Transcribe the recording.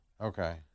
Okay